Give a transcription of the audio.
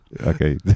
okay